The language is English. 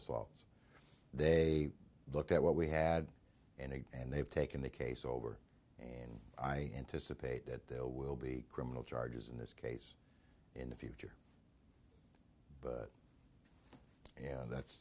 assaults they look at what we had in it and they've taken the case over and i anticipate that there will be criminal charges in this case in the future but that's